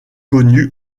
connu